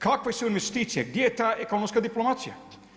Kakve su investicije, gdje je ta ekonomska diplomacija?